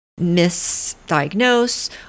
misdiagnose